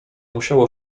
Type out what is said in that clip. musiało